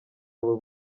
abo